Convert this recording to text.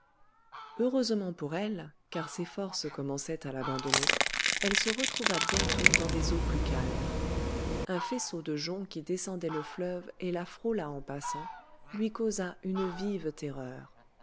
heureusement pour elle car ses forces commençaient à l'abandonner elle se retrouva bientôt dans des eaux plus calmes un faisceau de joncs qui descendait le fleuve et la frôla en passant lui causa une vive terreur